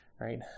Right